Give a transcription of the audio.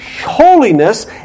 holiness